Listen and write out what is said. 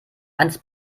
ans